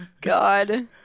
God